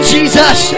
Jesus